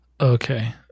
Okay